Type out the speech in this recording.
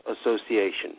Association